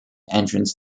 entrance